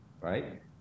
right